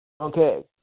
Okay